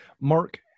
Mark